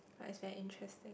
but it's very interesting